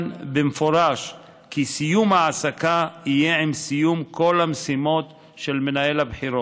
במפורש כי סיום ההעסקה יהיה עם סיום כל המשימות של מנהל הבחירות,